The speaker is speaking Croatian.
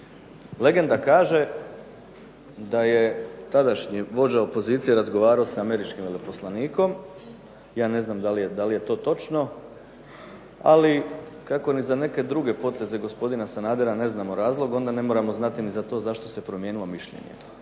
Legenda kaže da je tadašnji vođa opozicije razgovarao sa američkim veleposlanikom, ja ne znam da li je to točno, ali kako ni za neke druge poteze gospodina Sanadera ne znamo razlog onda ne moramo znati ni za to zašto se promijenilo mišljenje.